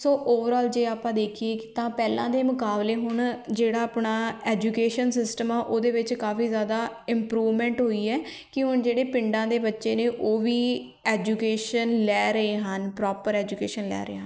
ਸੋ overall ਜੇ ਆਪਾਂ ਦੇਖੀਏ ਤਾਂ ਪਹਿਲਾਂ ਦੇ ਮੁਕਾਬਲੇ ਹੁਣ ਜਿਹੜਾ ਆਪਣਾ ਐਜੂਕੇਸ਼ਨ ਸਿਸਟਮ ਆ ਉਹਦੇ ਵਿੱਚ ਕਾਫੀ ਜ਼ਿਆਦਾ ਇੰਮਪਰੂਵਮੈਂਟ ਹੋਈ ਹੈ ਕਿ ਹੁਣ ਜਿਹੜੇ ਪਿੰਡਾਂ ਦੇ ਬੱਚੇ ਨੇ ਉਹ ਵੀ ਐਜੂਕੇਸ਼ਨ ਲੈ ਰਹੇ ਹਨ ਪ੍ਰੋਪਰ ਐਜੂਕੇਸ਼ਨ ਲੈ ਰਹੇ ਹਨ